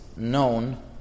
known